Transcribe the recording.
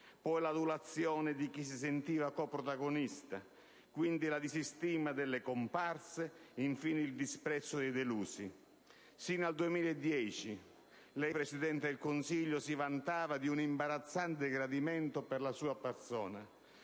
poi l'adulazione di chi si sentiva coprotagonista, quindi la disistima delle comparse, infine il disprezzo dei delusi. Sino al 2010 lei, signor Presidente del Consiglio, si vantava di un imbarazzante gradimento per la sua persona.